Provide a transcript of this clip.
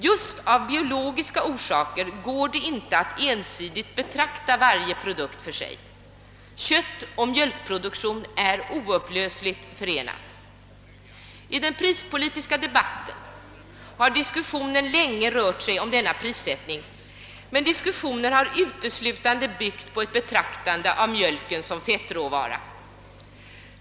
Just av biologiska orsaker går det inte att ensidigt betrakta varje produkt för sig; köttoch mjölkproduktion hänger oupplösligt samman. I den prispolitiska debatten har man länge diskuterat denna prissättning, men diskussionen har uteslutande byggt på ett betraktande av mjölken som fettråvara.